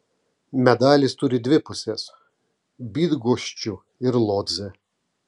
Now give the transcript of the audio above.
medalis turi dvi pusės bydgoščių ir lodzę